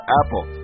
apple